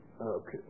Okay